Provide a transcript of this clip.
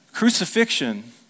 Crucifixion